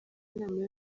inama